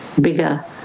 bigger